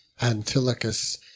Antilochus